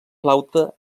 flauta